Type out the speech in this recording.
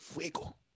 Fuego